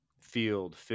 field